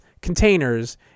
containers